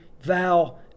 Val